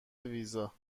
ویزا